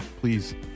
please